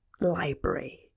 library